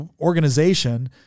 organization